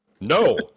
No